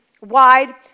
wide